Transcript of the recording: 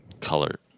color